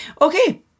Okay